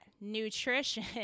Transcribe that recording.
nutrition